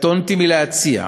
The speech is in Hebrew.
קטונתי מלהציע,